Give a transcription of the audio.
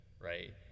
right